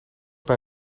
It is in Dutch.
bij